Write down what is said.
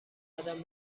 قدم